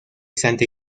santa